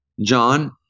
John